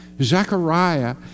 Zechariah